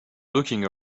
looking